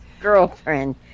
girlfriend